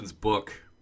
book